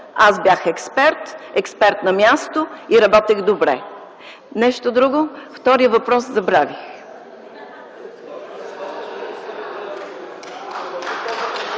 аз бях експерт, експерт на място и работех добре! Нещо друго? Вторият въпрос – забравих.